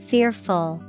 Fearful